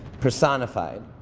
personified?